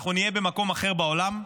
אנחנו נהיה במקום אחר בעולם.